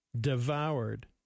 devoured